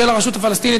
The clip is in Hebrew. של הרשות הפלסטינית,